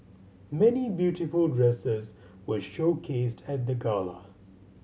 many beautiful dresses were showcased at the gala